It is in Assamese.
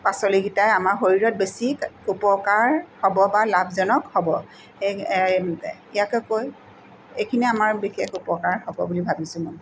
পাচলিকেইটাই আমাৰ শৰীৰত বেছি উপকাৰ হ'ব বা লাভজনক হ'ব ইয়াকে কৈ এইখিনিয়ে আমাৰ বিশেষ উপকাৰ হ'ব বুলি ভাবিছোঁ মই